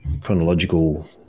chronological